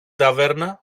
ταβέρνα